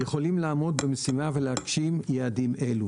יכולים לעמוד במשימה ולהגשים יעדים אלו.